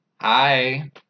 Hi